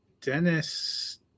Dennis